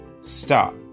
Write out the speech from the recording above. stop